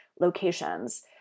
locations